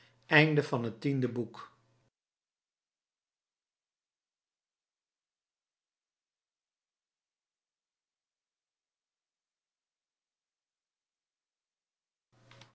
en van het